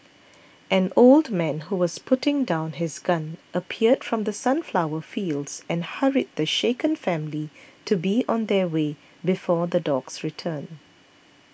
an old man who was putting down his gun appeared from the sunflower fields and hurried the shaken family to be on their way before the dogs return